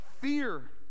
fear